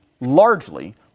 largely